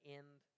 end